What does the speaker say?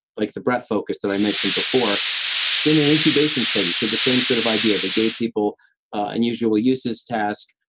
like the breath focus that i mentioned before in an incubation study. so the same sort of idea. they gave people unusual uses task,